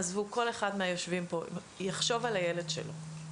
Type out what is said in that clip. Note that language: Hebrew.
עזבו, שכל אחד מהיושבים פה יחשוב על הילד שלו,